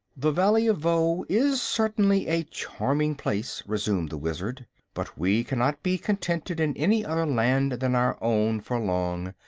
the valley of voe is certainly a charming place, resumed the wizard but we cannot be contented in any other land than our own, for long.